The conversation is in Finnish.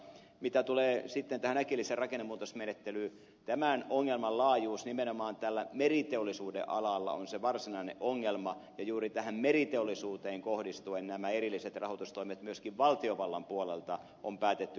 mitä tulee sitten tähän äkilliseen rakennemuutosmenettelyyn tämän ongelman laajuus nimenomaan tällä meriteollisuuden alalla on se varsinainen ongelma ja juuri tähän meriteollisuuteen nämä erilliset rahoitustoimet myöskin valtiovallan puolelta on päätetty kohdistaa